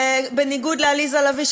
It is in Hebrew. ובניגוד לעליזה לביא,